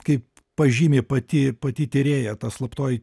kaip pažymi pati pati tyrėja ta slaptoji